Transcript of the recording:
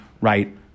right